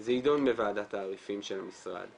זה ידון בוועדת תעריפים של המשרד,